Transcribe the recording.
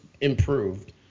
improved